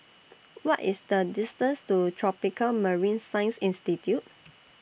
What IS The distance to Tropical Marine Science Institute